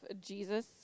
Jesus